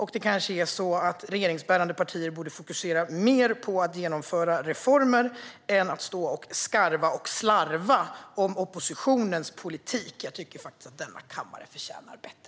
Det kanske är så att regeringsbärande partier borde fokusera mer på att genomföra reformer än på att stå och skarva och slarva om oppositionens politik. Jag tycker faktiskt att denna kammare förtjänar bättre.